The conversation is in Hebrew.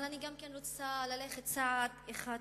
אבל אני גם כן רוצה ללכת צעד אחד קדימה,